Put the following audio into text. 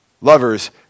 lovers